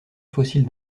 fossile